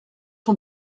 son